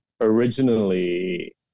originally